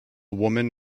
woman